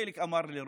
חלק אמרו לרומניה,